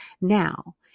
Now